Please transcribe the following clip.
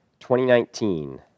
2019